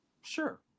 sure